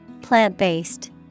Plant-based